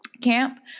camp